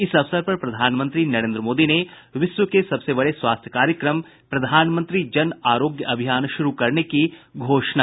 इस अवसर पर प्रधानमंत्री नरेन्द्र मोदी ने विश्व के सबसे बड़े स्वास्थ्य कार्यक्रम प्रधानमंत्री जन आरोग्य अभियान शुरू करने की घोषणा की